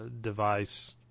device